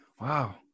Wow